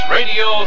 Radio